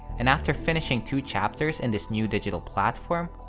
and after finishing two chapters in this new digital platform,